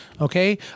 Okay